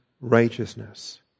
righteousness